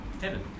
heaven